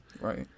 Right